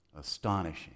Astonishing